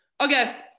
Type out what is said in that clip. Okay